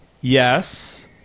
Yes